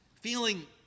feeling